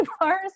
bars